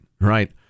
right